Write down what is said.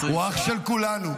הוא אח של כולנו,